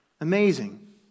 Amazing